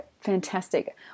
fantastic